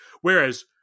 Whereas